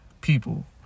people